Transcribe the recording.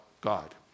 God